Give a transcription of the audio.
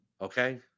okay